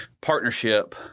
partnership